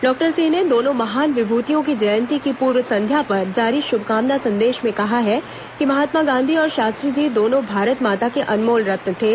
doctor Singh ने दोनों महान विभूतियों की जयंती की पूर्व संध्या पर जारी शुभकामना संदेश में कहा है कि महात्मा गांधी और शास्त्री जी दोनों भारत माता के अनमोल रत्न थे